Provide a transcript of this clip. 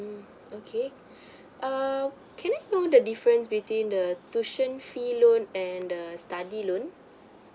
mm okay um can I know the difference between the tuition fee loan and the study loan